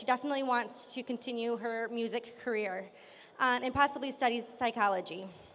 she definitely wants to continue her music career and possibly studies psychology